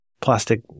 plastic